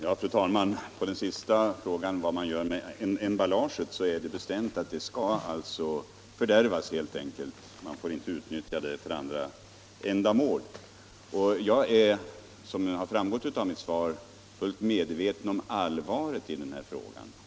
Fru talman! På den sist ställda frågan, vad man gör med emballaget, vill jag svara att det helt enkelt är bestämt att emballaget skall fördärvas. Man får alltså inte utnyttja det för andra ändamål. Såsom har framgått av mitt svar är jag fullt medveten om allvaret i frågan.